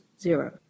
zero